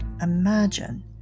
Imagine